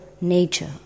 nature